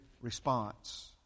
response